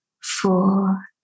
four